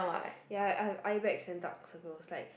ya I have eye bags and dark circles like